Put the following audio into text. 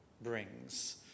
brings